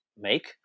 make